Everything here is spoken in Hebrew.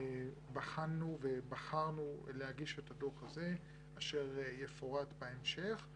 בחנו ובחרנו להגיש את הדוח הזה אשר יפורט בהמשך,